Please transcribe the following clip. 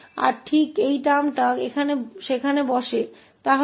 और ठीक यही शब्द वहाँ बैठे हुए है